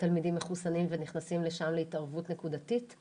תלמידים מחוסנים ונכנסים לשם להתערבות נקודתית ספציפית?